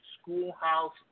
schoolhouse